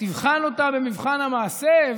תבחן אותה במבחן המעשה,